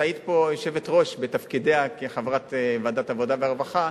תעיד פה היושבת-ראש בתפקידה כחברת ועדת העבודה והרווחה,